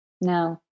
No